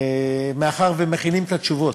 מאחר שמכינים את התשובות,